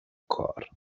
کار